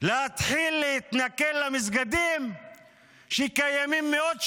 להתחיל להתנכל למסגדים שקיימים מאות שנים,